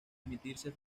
emitirse